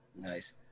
Nice